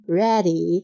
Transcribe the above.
ready